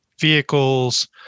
vehicles